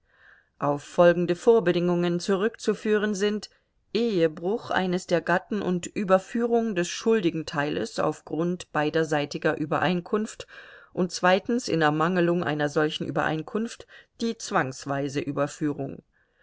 auf folgende vorbedingungen zurückzuführen sind ehebruch eines der gatten und überführung des schuldigen teiles auf grund beiderseitiger übereinkunft und zweitens in ermangelung einer solchen übereinkunft die zwangsweise überführung